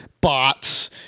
bots